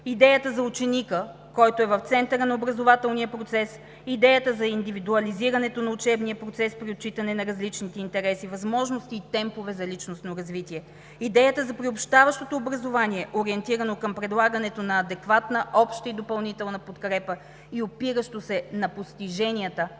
идеята за ученика, който е в центъра на образователния процес; идеята за индивидуализирането на учебния процес при отчитане на различните интереси, възможности и темпове за личностно развитие; идеята за приобщаващото образование, ориентирано към предлагането на адекватна обща и допълнителна подкрепа и опиращо се на постиженията,